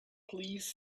please